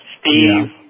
Steve